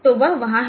तो वह वहाँ है